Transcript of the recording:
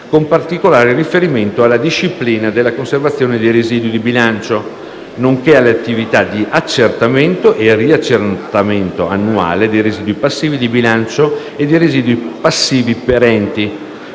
con particolare riferimento alla disciplina della conservazione dei residui di bilancio, nonché alle attività di accertamento e riaccertamento annuale dei residui passivi di bilancio e dei residui passivi perenti;